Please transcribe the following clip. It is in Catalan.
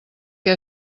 què